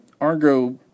Argo